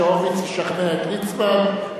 שהורוביץ ישכנע את ליצמן,